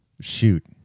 Shoot